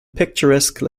picturesque